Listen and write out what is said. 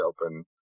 Open